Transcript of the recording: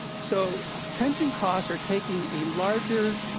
so pension costs are taking a larger